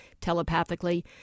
telepathically